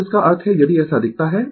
अब इसका अर्थ है यदि ऐसा दिखता है